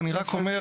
אני רק אומר,